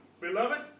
Beloved